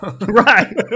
right